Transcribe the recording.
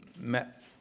met